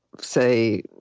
say